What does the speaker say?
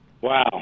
Wow